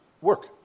work